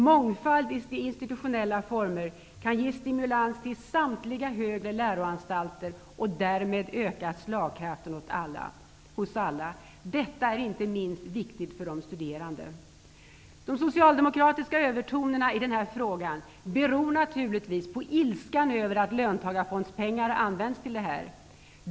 Mångfald i institutionella former kan ge stimulans till samtliga högre läroanstalter och därmed öka slagkraften hos alla. Detta är inte minst viktigt för de studerande. Socialdemokraternas övertoner i denna fråga beror naturligtvis på ilskan över att löntagarfondspengar används till detta.